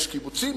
יש קיבוצים,